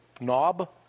knob